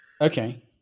Okay